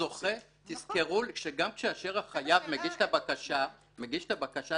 תזכרו שגם כאשר החייב מגיש את הבקשה להכרה,